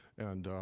and,